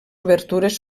obertures